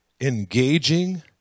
engaging